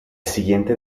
siguiente